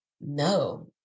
no